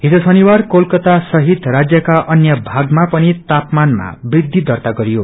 हिज शनिवार कोलकत्तासहित राज्यका अन्य भागमा पनि तापामानमा वृद्धि दर्त्ता गरियो